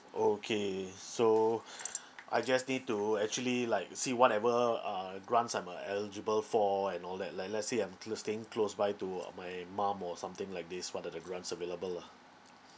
okay so I just need to actually like see whatever uh grants I'm uh eligible for and all that like let's say I'm cl~ staying close by to my mum or something like this what are the grants available lah